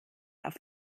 auf